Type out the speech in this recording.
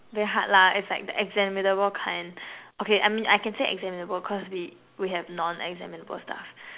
very hard lah it's like an examinable kind okay I mean I can say examinable cause we we have non examinable stuff